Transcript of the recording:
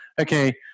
okay